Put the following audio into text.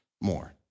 more